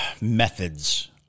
methods